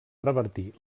revertir